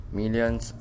millions